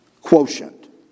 quotient